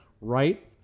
right